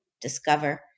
discover